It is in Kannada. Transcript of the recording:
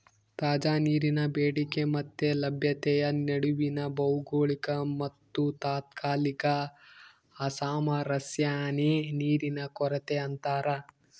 ತಾಜಾ ನೀರಿನ ಬೇಡಿಕೆ ಮತ್ತೆ ಲಭ್ಯತೆಯ ನಡುವಿನ ಭೌಗೋಳಿಕ ಮತ್ತುತಾತ್ಕಾಲಿಕ ಅಸಾಮರಸ್ಯನೇ ನೀರಿನ ಕೊರತೆ ಅಂತಾರ